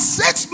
six